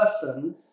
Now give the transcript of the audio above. person